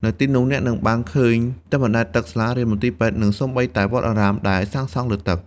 នៅទីនោះអ្នកនឹងបានឃើញផ្ទះបណ្តែតទឹក សាលារៀន មន្ទីរពេទ្យ និងសូម្បីតែវត្តអារាមដែលសាងសង់លើទឹក។